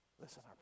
Listen